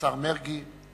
השר מרגי,